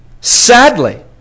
Sadly